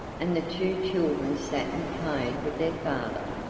and the two children sat and played with their father,